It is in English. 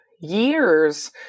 years